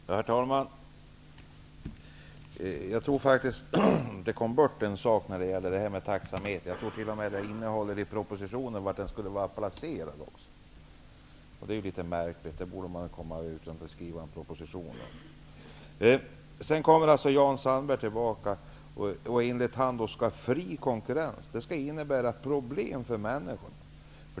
Herr talman! Jag tror faktiskt att det kom bort en sak när det gäller detta med taxameter. Jag tror t.o.m. att det i propositionen står var den skulle ha varit placerad. Det är ju litet märkligt. Det borde man inte skriva en proposition om. Enligt Jan Sandberg innebär fri konkurrens problem för människorna.